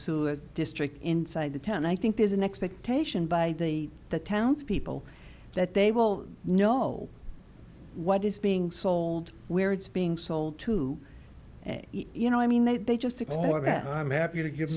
sewage district inside the town i think there's an expectation by the the town's people that they will know what is being sold where it's being sold to and you know i mean they they just ignore that i'm happy to give